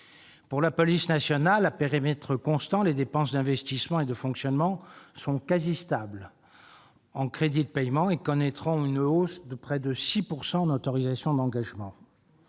Pour la gendarmerie nationale, à périmètre constant, les dépenses d'investissement et de fonctionnement seront pour ainsi dire stables en crédits de paiement et connaîtront une hausse de plus de 6 % en autorisations d'engagement.